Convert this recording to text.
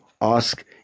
ask